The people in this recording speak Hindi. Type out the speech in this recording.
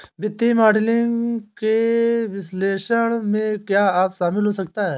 वित्तीय मॉडलिंग के विश्लेषण में क्या शामिल हो सकता है?